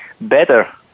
better